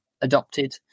adopted